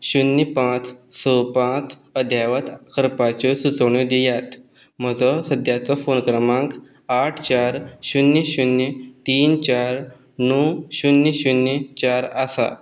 शुन्य पांच स पांच अध्यावत करपाच्यो सुचोवण्यो दियात म्हजो सद्याचो फोन क्रमांक आठ चार शुन्य शुन्य तीन चार णव शुन्य शुन्य चार आसा